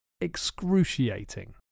excruciating